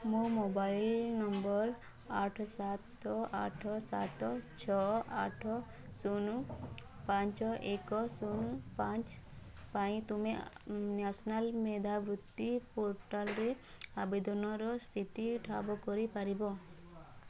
ମୋ mobile number ଆଠ ସାତ ଆଠ ସାତ ଛଅ ଆଠ ଶୂନ ପାଞ୍ଚ ଏକ ଶୂନ ପାଞ୍ଚ ପାଇଁ ତୁମେ ନ୍ୟାସନାଲ୍ ମେଧାବୃତ୍ତି ପୋର୍ଟାଲରେ ଆବେଦନର ସ୍ଥିତି ଠାବ କରି ପାରିବ